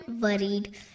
worried